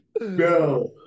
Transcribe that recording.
No